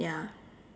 ya